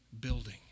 building